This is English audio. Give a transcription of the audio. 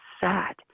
sad